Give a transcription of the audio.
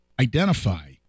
identify